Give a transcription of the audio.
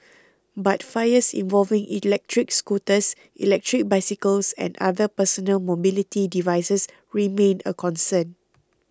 but fires involving electric scooters electric bicycles and other personal mobility devices remain a concern